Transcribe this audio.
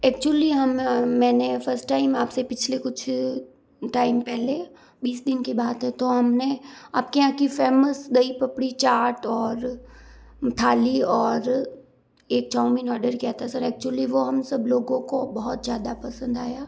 actually हम मैंने first time आप से पिछले कुछ टाइम पहले बीस दिन की बात है तो हम ने आप के यहाँ की फेमस दही पापड़ी चाट और थाली और एक चाओमीन ऑर्डर किया था सर एक्चुअल्ली वो हम सब लोगों को बहुत ज़्यादा पसंद आया